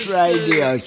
radio